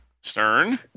Stern